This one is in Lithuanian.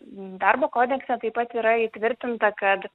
darbo kodekse taip pat yra įtvirtinta kad